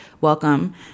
welcome